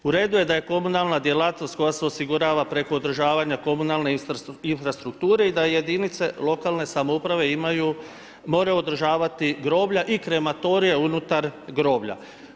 U redu je da je komunalna djelatnost koja se osigurava preko održavanja komunalne infrastrukture i da jedinice lokalne samouprave moraju održavati groblja i krematorija unutar groblja.